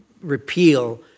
repeal